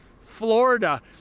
Florida